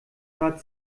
grad